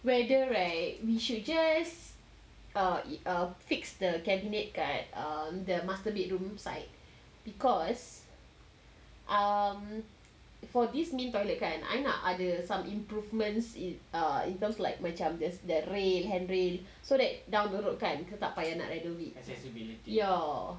whether right we should just err err fix the cabinet dekat err the master bedroom side because um for this mean toilet I nak ada other some improvements in err in terms like macam there's that rail handrail so that down the road kan kita tak payah nak renovate